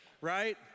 right